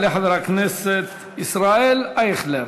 יעלה חבר הכנסת ישראל אייכלר.